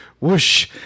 whoosh